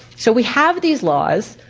so we have these laws,